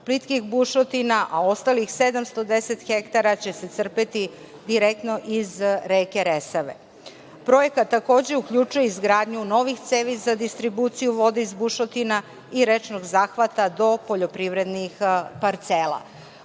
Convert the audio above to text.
plitkih bušotina, a ostalih 710 hektara će se crpeti direktno iz reke Resave. Projekat takođe uključuje izgradnju novih cevi za distribuciju vode iz bušotina i rečnog zahvata do poljoprivrednih parcela.